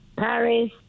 Paris